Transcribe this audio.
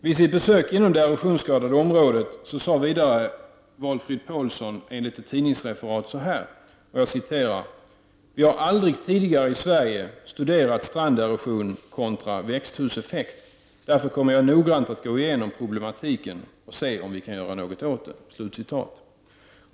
Vid sitt besök inom det erosionsskadade området sade Valfrid Paulsson enligt tidningsreferat vidare: ”Vi har aldrig tidigare i Sverige studerat stranderosion, kontra växthuseffekt. Därför kommer jag att noggrant gå igenom problematiken med mina medarbetare och se om vi kan göra något åt det”.